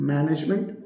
Management